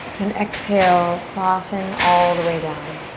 and exhale, soften all the way down.